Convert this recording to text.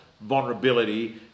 vulnerability